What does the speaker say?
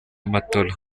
matola